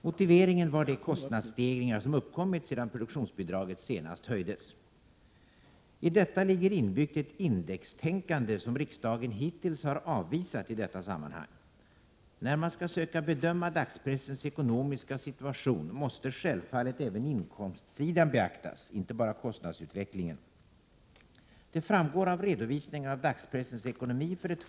Motiveringen var de kostnadsstegringar som uppkommit sedan produktionsbidraget senast höjdes. I detta ligger inbyggt ett indextänkande som riksdagen hittills avvisat i detta sammanhang. När man skall söka bedöma dagspressens ekonomiska situation måste självfallet även inkomstsidan beaktas — inte bara kostnadsut vecklingen. Det framgår av redovisningar av dagspressens ekonomi för de Prot.